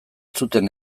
zuten